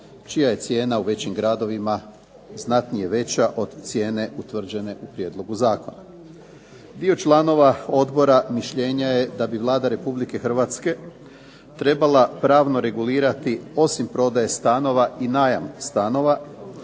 čija je cijena u većim gradovima znatnije veća od cijene utvrđene u prijedlogu zakona. Dio članova odbora mišljenja je da bi Vlada Republike Hrvatske trebala pravno regulirati osim prodaje stanova i najam stanova.